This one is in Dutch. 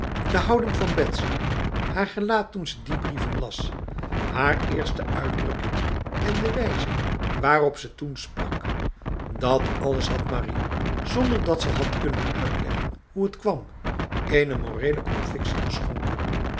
de houding van betsy haar gelaat toen ze die brieven las haar eerste uitdrukkingen en de wijze waarop ze toen sprak dat alles had marie zonder dat ze had kunnen uitleggen hoe het kwam